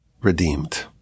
redeemed